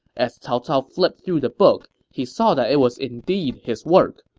as cao cao flipped through the book, he saw that it was indeed his work,